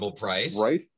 right